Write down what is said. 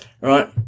right